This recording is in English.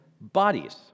bodies